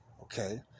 okay